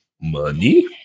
money